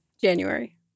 January